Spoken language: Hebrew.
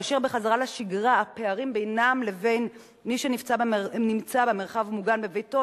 ובחזרה לשגרה הפערים בינם לבין מי שנמצא במרחב מוגן בביתו,